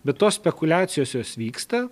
bet tos spekuliacijos jos vyksta